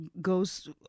goes